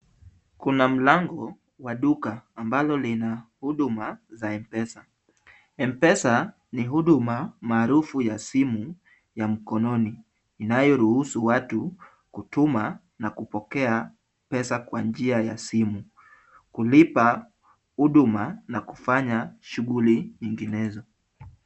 Kuna mlango wa duka ambalo lina huduma za M-pesa. M_pesa ni huduma maarufu ya simu ya mkononi inayo ruhusu watu kutuma na kupokea pesa kwa njia ya simu, kulipa huduma na kufanya shughuli nyinginezo.